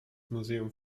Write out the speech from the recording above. museum